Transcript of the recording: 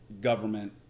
government